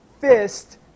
fist